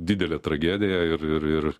didelė tragedija ir ir ir